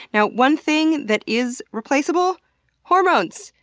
you know one thing that is replaceable hormones!